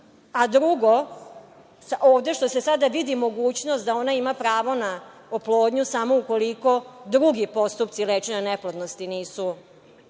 a drugo, ovde što se sada vidi mogućnost da ona ima pravo na oplodnju samo ukoliko drugi postupci lečenja neplodnosti nisu